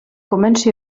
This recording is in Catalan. comenci